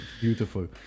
beautiful